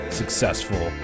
successful